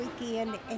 weekend